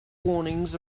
warnings